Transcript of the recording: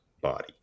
body